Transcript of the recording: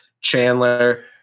chandler